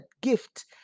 gift